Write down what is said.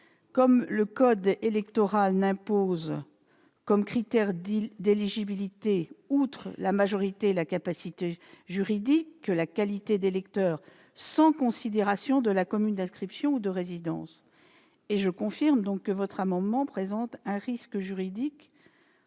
comme le code électoral n'impose comme critère d'éligibilité, outre la majorité et la capacité juridique, que la qualité d'électeur, sans considération de la commune d'inscription ou de résidence, je puis vous confirmer, mesdames, messieurs les sénateurs, que